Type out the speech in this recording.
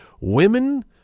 women